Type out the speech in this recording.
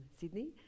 Sydney